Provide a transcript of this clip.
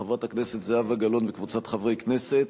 של חברת הכנסת זהבה גלאון וקבוצת חברי הכנסת,